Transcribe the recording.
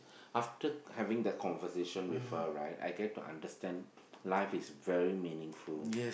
after having the conversation with her right I get to understand life is very meaningful